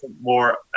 more